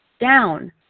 down